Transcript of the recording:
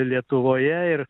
lietuvoje ir